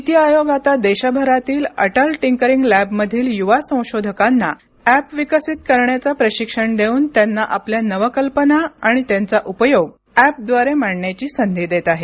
नीती आयोग आता देशभरातील अटल टिंकरिंग लॅबमधील युवा संशोधकांना ऍप विकसित करण्याचे प्रशिक्षण देऊन त्यांना आपल्या नवकल्पना आणि त्यांचा उपयोग ऍपद्वारे मांडण्याची संधी देत आहे